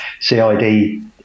CID